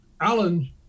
Alan